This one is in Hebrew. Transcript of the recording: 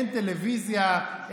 אין טלוויזיה,